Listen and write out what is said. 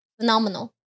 Phenomenal